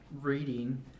reading